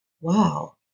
wow